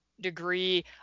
degree